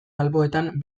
alboetan